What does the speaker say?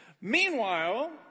Meanwhile